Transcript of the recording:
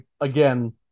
again